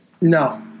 No